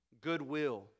goodwill